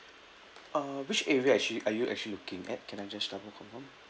uh which area actually are you actually looking at can I just double confirm